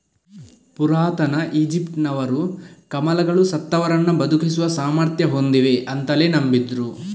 ಪುರಾತನ ಈಜಿಪ್ಟಿನವರು ಕಮಲಗಳು ಸತ್ತವರನ್ನ ಬದುಕಿಸುವ ಸಾಮರ್ಥ್ಯ ಹೊಂದಿವೆ ಅಂತಲೇ ನಂಬಿದ್ರು